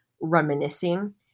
reminiscing